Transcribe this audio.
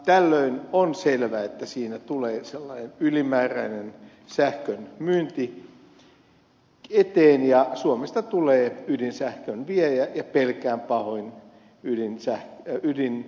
tällöin on selvä että siinä tulee sellainen ylimääräinen sähkön myynti eteen ja suomesta tulee ydinsähkön viejä ja pelkään pahoin ydinpolttoainehauta